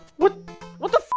what what the